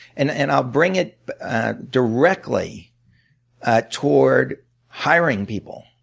and and i'll bring it directly toward hiring people